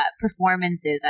performances